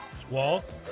Squalls